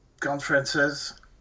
conferences